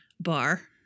bar